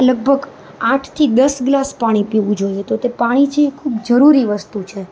લગભગ આઠ થી દસ ગ્લાસ પીવું જોઈએ તો તે પાણી છે તે ખૂબ જરૂરી વસ્તુ છે